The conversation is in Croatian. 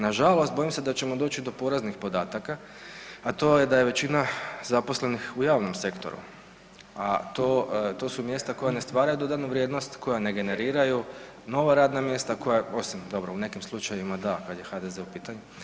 Na žalost, bojim se da ćemo doći do poraznih podataka, a to je da je većina zaposlenih u javnom sektoru a to su mjesta koja ne stvaraju dodanu vrijednost, koja ne generiraju nova radna mjesta osim, dobro u nekim slučajevima da kada je HDZ u pitanju.